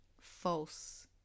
false